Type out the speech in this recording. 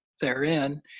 therein